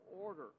order